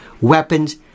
weapons